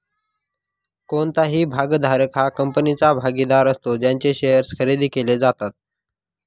कोणताही भागधारक हा कंपनीचा भागीदार असतो ज्यांचे शेअर्स खरेदी केले जातात